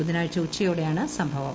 ബുധനാഴ്ച്ച ഉച്ചയോടെയാണ് സംഭവം